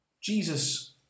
Jesus